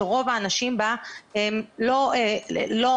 שרוב האנשים בה לא מאומתים,